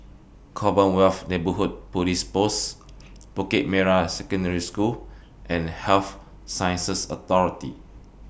Commonwealth Neighbourhood Police Post Bukit Merah Secondary School and Health Sciences Authority